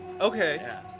Okay